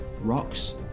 rocks